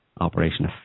operation